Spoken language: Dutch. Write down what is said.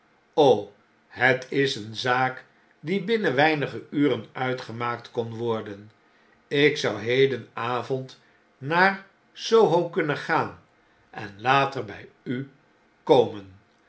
het is eene zaak die binnen weinige uren uitgemaakt kon worden ik zou hedenavond naar s o h o kunnen gaan en later bij u komen